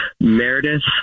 Meredith